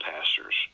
pastors